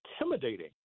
intimidating